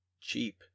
cheap